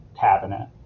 cabinet